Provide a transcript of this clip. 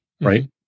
right